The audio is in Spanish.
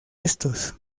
estos